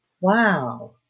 Wow